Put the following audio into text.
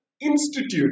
Institute